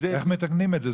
איך מתקנים את זה?